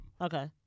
Okay